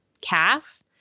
calf